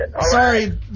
Sorry